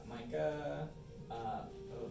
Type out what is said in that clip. Micah